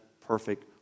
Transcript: perfect